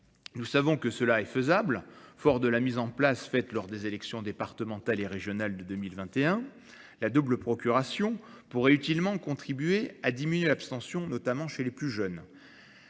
Nous savons que cela est faisable. Fort de la mise en place faite lors des élections départementales et régionales de 2021, la double procuration pourrait utilement contribuer à diminuer l'abstention, notamment chez les plus jeunes.